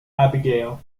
abigail